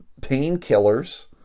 painkillers